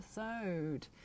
episode